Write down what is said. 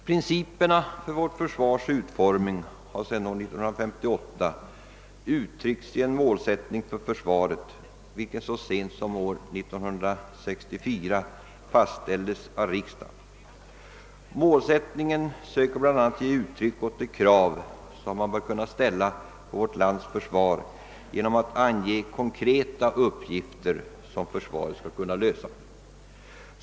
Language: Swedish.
Principerna för vårt försvars utformning har sedan år 1958 uttryckts i en målsättning för försvaret, vilken så sent som 1964 fastställdes av riksdagen. I målsättningen söker man bla. ge uttryck åt de krav, som bör kunna ställas på vårt försvar, genom att ange konkreta uppgifter som försvaret skall kunna lösa.